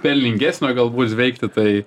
pelningesnio galbūt veikti tai